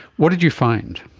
what did you find?